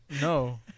No